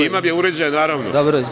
Imam ja uređaj naravno.